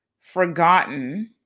forgotten